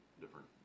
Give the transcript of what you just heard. different